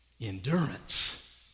endurance